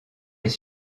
les